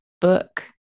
book